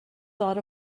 thought